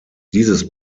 dieses